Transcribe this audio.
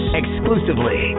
exclusively